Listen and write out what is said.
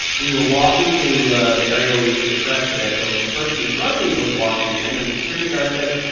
we were walking to the area where you get your press credentials. and the person in front of me was walking in, and the security guard says,